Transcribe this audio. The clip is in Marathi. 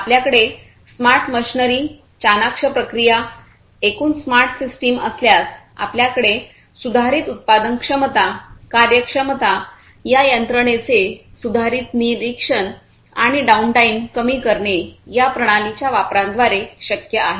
आपल्याकडे स्मार्ट मशिनरी चाणाक्ष प्रक्रिया एकूण स्मार्ट सिस्टम असल्यास आपल्याकडे सुधारित उत्पादनक्षमता कार्यक्षमता या यंत्रणेचे सुधारित निरीक्षण आणि डाउनटाइम कमी करणे या प्रणालींच्या वापराद्वारे शक्य आहे